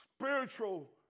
spiritual